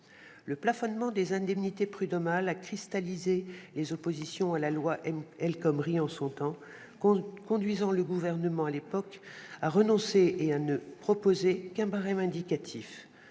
Le plafonnement des indemnités prud'homales avait cristallisé les oppositions à la loi El Khomri, conduisant le gouvernement d'alors à renoncer et à ne proposer qu'un barème indicatif.